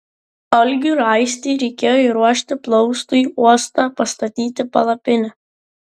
algiui ir aistei reikėjo įruošti plaustui uostą pastatyti palapinę